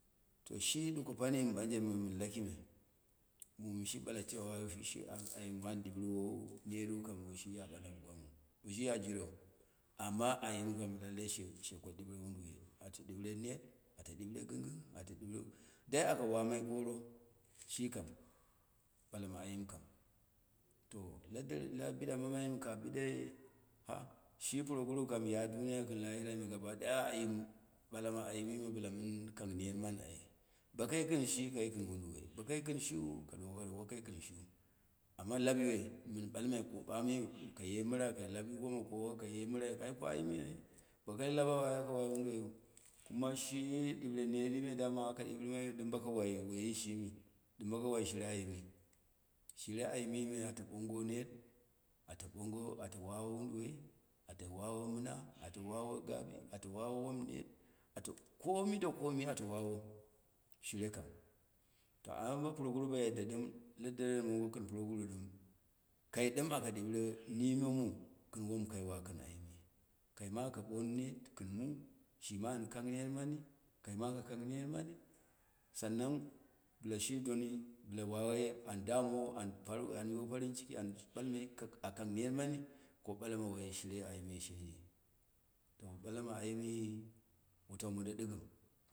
To shi ɗuko pani mɨɓanje mɨ mɨn laki me mu mu shi bala cewa, anyim an ɗiriwo kan woshi ya ɓalamɨ gwanghu, woshiya jireu, amma ayim kam, lallai sheku ɗiure woduwoi, ate diure net, ate diure gɨngɨng, ate ɗiu, dai akowamai koro shi kam, ɓalama ayim kam to la deren, la biɗa mamai mɨ ka biɗai shi puroguru kam ya duniya kɨm lahirai me gaba ɗaya ayimu ɓalama ayimime, bɨla mɨn kang net mani ani, bakai kɨn shi, kai kɨn wo duwoi, ba kai kɨn shiu ka ɗuwoko wakai kɨn shin, ama lapyoi mɨn ɓalmai ɓanu kaye mɨra kai lap ɗuko ma kowo, kaye mɨra ai ko ayimi ai, ba kai lawau ai aka wai woduwoyin, kuma shi ɗinre neri me dama aka ɗiurɨ mai dɨm baka wai wuyi shimi, dɨm baka wai shire ayimi, shire ayimime ata ɓongo, shire ayimi ato ɓongo net, ata bongo ato wawo woduwoi, ato wawo mɨna, ato wa wo gabi, ato wawo wom net, ato komi da komi ato wawo, shirekam, to amma ba puroguru ba yadde dɨm la daren mongo kɨn puroguru ɗɨm, kai ɗɨm aka ɗiure nime mu, kɨn wom kai wa kɨn wa kɨn ayimi, kaima aka ɓoni net kɨn mu, shima an kan net mani kaima aka kang net mani an əamowo an tar anyiwo farim ciki au ɓalmai a kang ner mani, ko ɓalama woi shire ayimi sheji, to ɓalama ayimi wutau monda ɗɨkɨm.